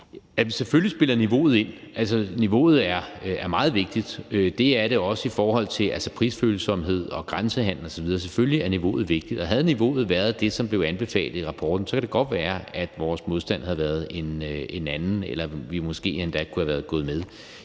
Jamen selvfølgelig spiller niveauet ind. Niveauet er meget vigtigt. Det er det også i forhold til prisfølsomhed og grænsehandel osv. Selvfølgelig er niveauet vigtigt, og havde niveauet været det, som blev anbefalet i rapporten, kan det godt være, at vores modstand havde været en anden, eller at vi måske endda kunne være gået med